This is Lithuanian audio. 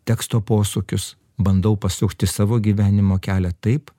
teksto posūkius bandau pasukti savo gyvenimo kelią taip